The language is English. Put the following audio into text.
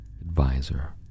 advisor